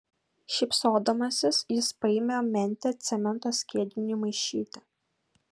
šypsodamasis jis paėmė mentę cemento skiediniui maišyti